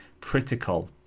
critical